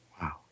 Wow